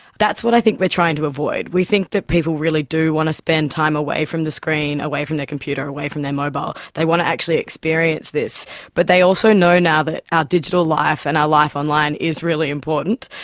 that's what i think we're trying to avoid. we think that people really do want to spend time away from the screen, away from their computer, away from their mobile they want to actually experience this but they also know now that our digital life and our life online is really important.